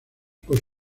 por